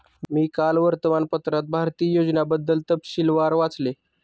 मी काल वर्तमानपत्रात भारतीय योजनांबद्दल तपशीलवार वाचले